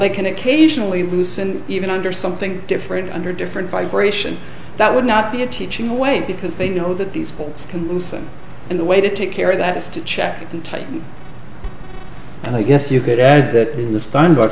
they can occasionally loosen even under something different under different vibration that would not be a teaching away because they know that these pools can loosen and the way to take care of that is to check and tighten and i guess you could add that in the